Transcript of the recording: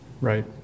Right